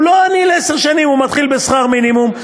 הוא לא עני לעשר שנים, הוא מתחיל בשכר מינימום.